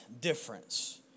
difference